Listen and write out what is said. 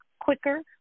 quicker